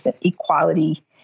equality